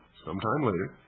sometime later,